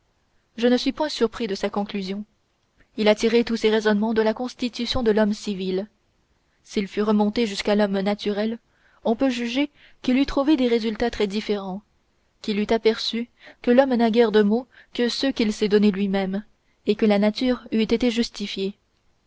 je ne suis point surpris de sa conclusion il a tiré tous ses raisonnements de la constitution de l'homme civil s'il fût remonté jusqu'à l'homme naturel on peut juger qu'il eût trouvé des résultats très différents qu'il eût aperçu que l'homme n'a guère de maux que ceux qu'il s'est donnés lui-même et que la nature eût été justifiée